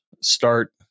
start